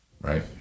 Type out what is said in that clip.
Right